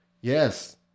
Yes